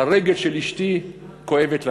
הרגל של אשתי כואבת לנו.